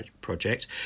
project